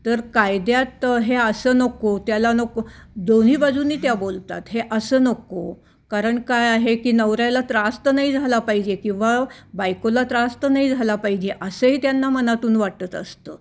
तर कायद्यात हे असं नको त्याला नको दोन्ही बाजूनी त्या बोलतात हे असं नको कारण काय आहे की नवऱ्याला त्रास तर नाही झाला पाहिजे किंवा बायकोला त्रास तर नाही झाला पाहिजे असंही त्यांना मनातून वाटत असतं